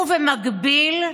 ובמקביל,